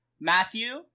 Matthew